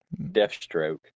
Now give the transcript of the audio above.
Deathstroke